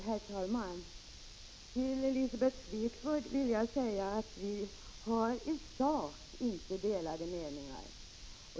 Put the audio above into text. Herr talman! Elisabeth Fleetwood och jag har i sak inte delade meningar.